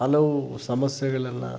ಹಲವು ಸಮಸ್ಯೆಗಳೆಲ್ಲ